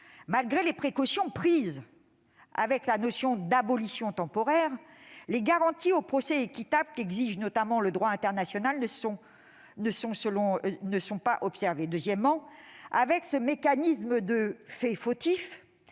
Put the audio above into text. malgré les précautions prises avec la notion d'abolition temporaire, les garanties du procès équitable, qu'exige notamment le droit international, ne sont pas observées. Deuxièmement, avec ce mécanisme de fait fautif,